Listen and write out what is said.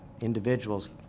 individuals